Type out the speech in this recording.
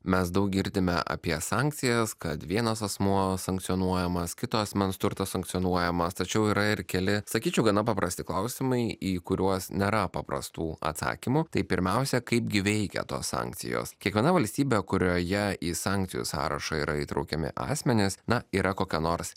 mes daug girdime apie sankcijas kad vienas asmuo sankcionuojamas kito asmens turtas sankcionuojamas tačiau yra ir keli sakyčiau gana paprasti klausimai į kuriuos nėra paprastų atsakymų tai pirmiausia kaipgi veikia tos sankcijos kiekviena valstybė kurioje į sankcijų sąrašą yra įtraukiami asmenys na yra kokia nors